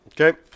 Okay